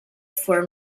for